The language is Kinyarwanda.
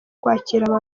kwakira